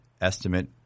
estimate